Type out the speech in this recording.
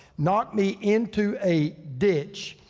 knocked me into a ditch.